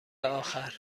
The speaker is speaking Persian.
آخر